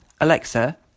Alexa